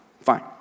Fine